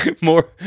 more